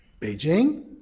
Beijing